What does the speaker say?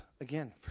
again